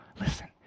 Listen